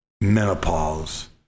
Menopause